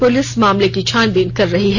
police मामले की छानबीन कर रही है